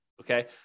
okay